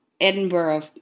Edinburgh